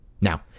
Now